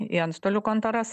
į antstolių kontoras